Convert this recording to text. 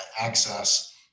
access